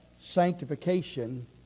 sanctification